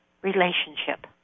relationship